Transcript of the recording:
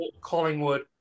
Collingwood